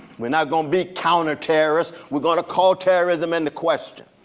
we're not going to be counter-terrorists. we're gonna call terrorism into question.